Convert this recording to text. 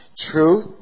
Truth